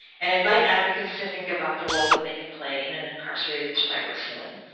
and invite advocates to think about the role that they can play in an incarcerated survivor's healing.